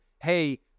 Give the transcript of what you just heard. hey